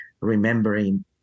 remembering